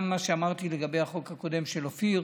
גם מה שאמרתי לגבי החוק הקודם של אופיר,